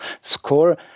Score